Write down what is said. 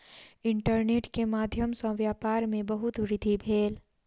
internet के माध्यम सॅ व्यापार में बहुत वृद्धि भेल